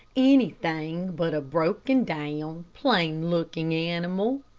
anything but a broken-down, plain-looking animal.